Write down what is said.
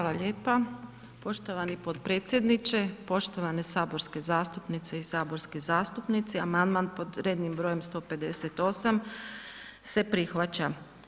Hvala lijepo, poštovani potpredsjedniče, poštovane saborske zastupnice i saborski zastupnici, amandman pod rednim brojem 158. se prihvaća.